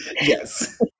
Yes